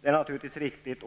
Det är naturligtvis riktigt